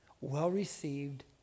well-received